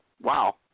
wow